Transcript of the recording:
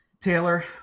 Taylor